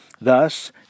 Thus